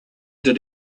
did